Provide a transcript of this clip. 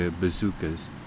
bazookas